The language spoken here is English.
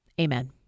Amen